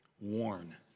warn